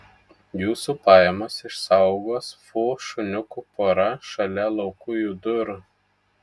jūsų pajamas išsaugos fu šuniukų pora šalia laukujų durų